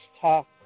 talk